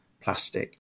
plastic